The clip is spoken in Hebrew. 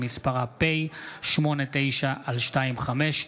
שמספרה פ/89/25.